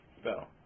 Spell